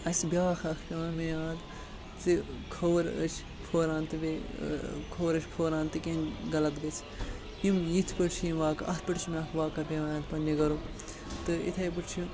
اَسہِ بیٛاکھ اَکھ پیٚوان مےٚ یاد زِ کھووُر أچھ پھوران تہٕ بیٚیہِ کھووُر أچھ پھوران تہٕ کینٛہہ غلط گژھِ یِم یِتھ پٲٹھۍ چھِ یِم واقعہٕ اَتھ پٮ۪ٹھ چھُ مےٚ اَکھ واقعہ پیٚوان یاد پنٛنہِ گَرُک تہٕ یِتھَے پٲٹھۍ چھِ